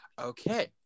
Okay